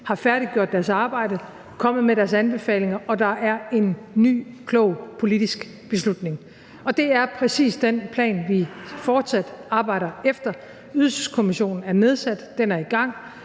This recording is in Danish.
har færdiggjort sit arbejde og er kommet med sine anbefalinger, og der er truffet en ny klog politisk beslutning. Det er præcis den plan, vi fortsat arbejder efter. Ydelseskommissionen er nedsat, og den er i gang.